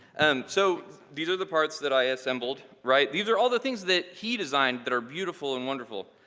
and so these are the parts that i assembled, right? these are all the things that he designed that are beautiful and wonderful.